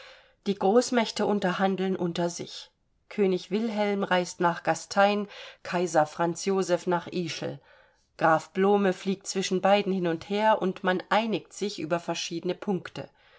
die großmächte unterhandeln unter sich könig wilhelm reist nach gastein kaiser franz joseph nach ischl graf blome fliegt zwischen beiden hin und her und man einigt sich über verschiedene punkte